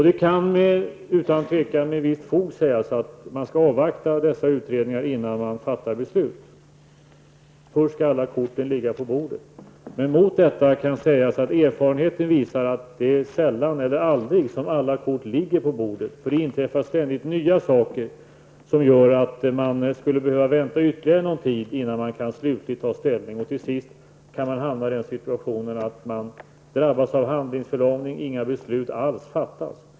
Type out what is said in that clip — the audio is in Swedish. Det kan utan tvivel med visst fog sägas att man skall avvakta dessa utredningar innan man fattar beslut, dvs. att alla kort först skall ligga på bordet. Men mot detta kan sägas att erfarenheten visar att alla kort sällan eller aldrig ligger på bordet, eftersom det ständigt inträffar nya saker som gör att man skulle behöva vänta ytterligare någon tid innan man slutligt kan ta ställning. Till sist kan man hamna i den situationen att man drabbas av handlingsförlamning och att inga beslut alls fattas.